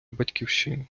батьківщину